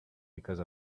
because